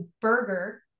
burger